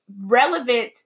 relevant